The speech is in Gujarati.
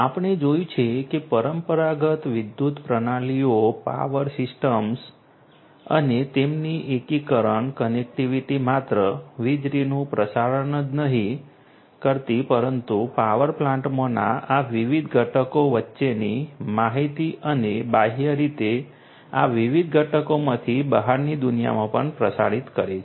આપણે જોયું છે કે પરંપરાગત વિદ્યુત પ્રણાલીઓ પાવર સિસ્ટમ્સ અને તેમની એકીકરણ કનેક્ટિવિટી માત્ર વીજળીનું પ્રસારણ જ નથી કરતી પરંતુ પાવર પ્લાન્ટમાંના આ વિવિધ ઘટકો વચ્ચેની માહિતી અને બાહ્ય રીતે આ વિવિધ ઘટકોમાંથી બહારની દુનિયામાં પણ પ્રસારિત કરે છે